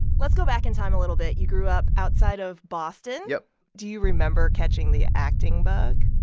let's go back in time a little bit. you grew up outside of boston yep do you remember catching the acting bug?